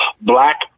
black